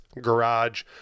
garage